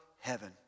heaven